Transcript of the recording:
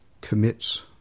commits